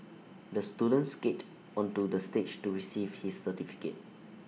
the student skated onto the stage to receive his certificate